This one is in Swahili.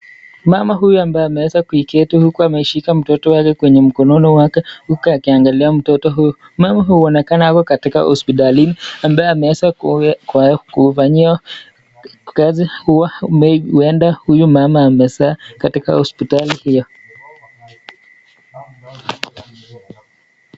Mama huyu ambaye ameweza kuiketi huku ameshika mtoto wake kwenye mkononi wake huku akiangalia mtoto. Mama huyu huonekana ako katika hosipitalini ambaye ameweza kufanyiwa kazi . Huenda huyu mama amezaa hosipitali hiyo.